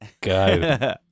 go